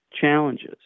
challenges